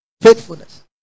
faithfulness